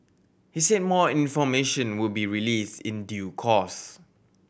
he said more information would be released in due course